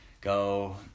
go